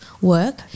work